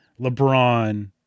LeBron